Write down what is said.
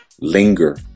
Linger